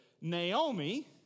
Naomi